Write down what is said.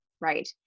right